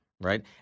Right